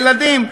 ילדים,